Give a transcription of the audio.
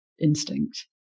instinct